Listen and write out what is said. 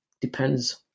depends